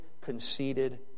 conceited